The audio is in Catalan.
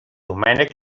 domènec